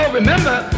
remember